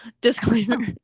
Disclaimer